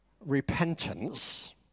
repentance